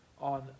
on